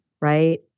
Right